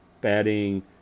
Batting